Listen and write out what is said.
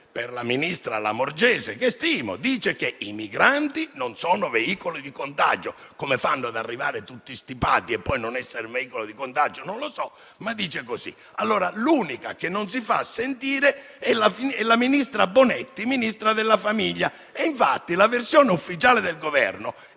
Per il ministro Lamorgese, che stimo, i migranti non sono veicoli di contagio; come fanno ad arrivare tutti stipati e poi non essere veicolo di contagio non lo so, ma dice così. Allora l'unica che non si fa sentire è il ministro per le pari opportunità e la famiglia Bonetti. E, infatti, la versione ufficiale del Governo